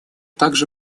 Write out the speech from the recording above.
также